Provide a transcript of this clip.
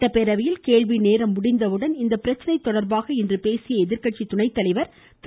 சட்டப்பேரவையில் இன்று கேள்விநேரம் முடிந்தவுடன் இப்பிரச்சனை தொடர்பாக பேசிய எதிர்கட்சி துணைதலைவர் திரு